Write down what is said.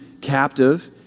captive